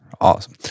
Awesome